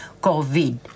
COVID